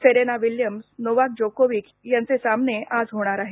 Serena Williams Novak Djokovic यांचे सामने आज होणार आहेत